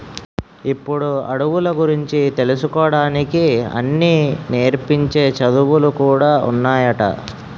ఇప్పుడు అడవుల గురించి తెలుసుకోడానికి అన్నీ నేర్పించే చదువులు కూడా ఉన్నాయట